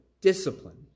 discipline